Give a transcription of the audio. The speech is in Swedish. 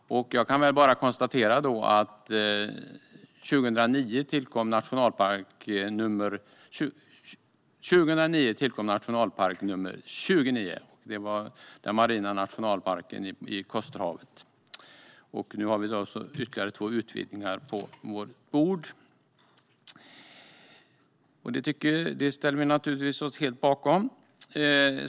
Jag kan bara konstatera att år 2009 tillkom nationalpark nr 29. Det var den marina nationalparken i Kosterhavet. Nu har vi förslag till ytterligare två utvidgningar på vårt bord, som vi naturligtvis ställer oss helt bakom.